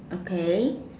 okay